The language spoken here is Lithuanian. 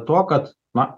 tuo kad na